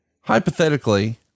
Hypothetically